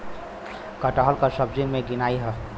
कटहल त सब्जी मे गिनाई